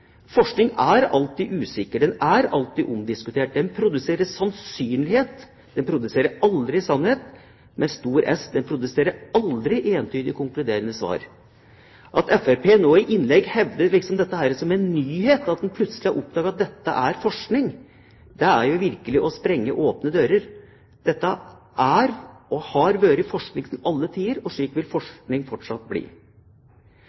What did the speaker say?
er alltid usikker, den er alltid omdiskutert, den produserer sannsynlighet, og den produserer aldri Sannhet – med stor S. Den produserer aldri entydige og konkluderende svar. At Fremskrittspartiet i innlegg nå hevder at dette er en nyhet, at man plutselig har oppdaget at slik er forskning, er jo virkelig å sprenge åpne dører. Dette er og har vært forskning til alle tider, og slik vil